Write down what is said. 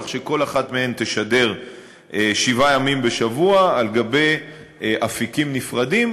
כך שכל אחת מהן תשדר שבעה ימים בשבוע על גבי אפיקים נפרדים,